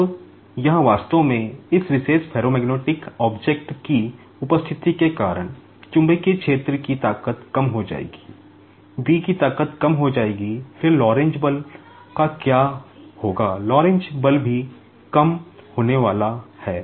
अब यहां वास्तव में इस विशेष फेरोमैग्नेटिक ऑब्जेक्ट बल भी कम होने वाला है